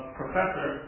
professor